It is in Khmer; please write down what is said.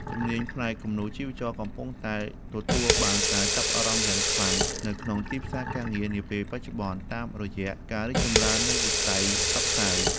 ជំនាញផ្នែកគំនូរជីវចលកំពុងតែទទួលបានការចាប់អារម្មណ៍យ៉ាងខ្លាំងនៅក្នុងទីផ្សារការងារនាពេលបច្ចុប្បន្ន តាមរយៈការរីកចម្រើននៃវិស័យផ្សព្វផ្សាយ។